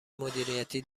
مدیریتی